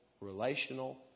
relational